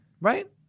Right